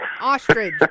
Ostrich